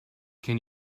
can